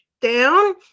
down